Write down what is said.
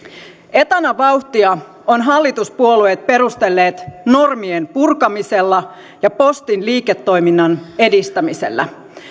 etanavauhtia ovat hallituspuolueet perustelleet normien purkamisella ja postin liiketoiminnan edistämisellä